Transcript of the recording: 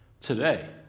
Today